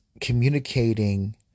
communicating